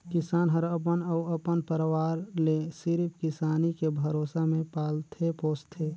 किसान हर अपन अउ अपन परवार ले सिरिफ किसानी के भरोसा मे पालथे पोसथे